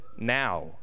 now